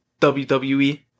WWE